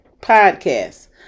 podcast